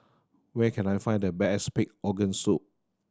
where can I find the best pig organ soup